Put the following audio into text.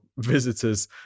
visitors